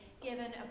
given